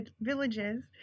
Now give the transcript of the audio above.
villages